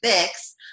fix